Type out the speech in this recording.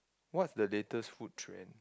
what's the latest food trend